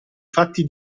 fatti